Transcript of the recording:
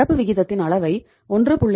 நடப்பு விகிதத்தின் அளவை 1